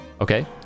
Okay